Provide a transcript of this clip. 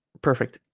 perfect